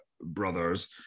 brothers